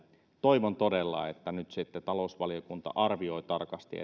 toivon todella että nyt sitten talousvaliokunta arvioi tarkasti